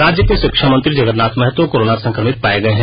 राज्य के शिक्षा मंत्री जगरनाथ महतो कोरोना संक्रमित पाए गए हैं